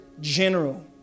general